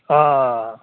हां